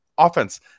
offense